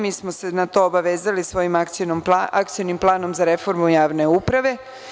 Mi smo se na to obavezali svojim akcionim planom za reformu javne uprave.